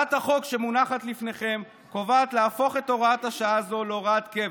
הצעת החוק שמונחת לפניכם קובעת להפוך את הוראת השעה הזאת להוראת קבע.